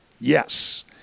yes